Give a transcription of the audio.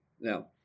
Now